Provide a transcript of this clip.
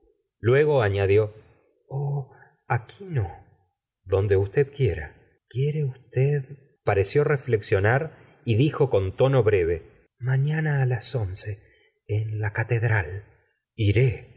luego añadió oh aquí no donde usted quiera q mere us t e d pareció reflexionar y dijo con tono breve liañana á las once en la catedral iré